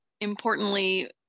importantly